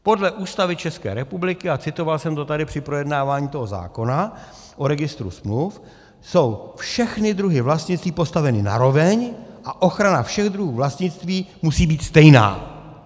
Podle Ústavy České republiky, a citoval jsem to tady při projednávání zákona o registru smluv, jsou všechny druhy vlastnictví postaveny na roveň a ochrana všech druhů vlastnictví musí být stejná.